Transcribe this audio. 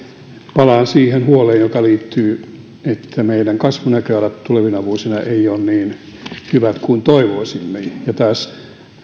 palaan siihen huoleen joka liittyy siihen että meidän kasvunäköalat tulevina vuosina eivät ole niin hyvät kuin toivoisimme ja